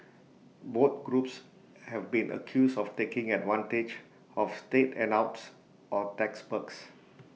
both groups have been accused of taking advantage of state handouts or tax perks